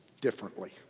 differently